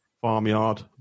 Farmyard